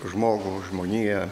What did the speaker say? žmogų žmoniją